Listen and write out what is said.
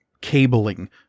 cabling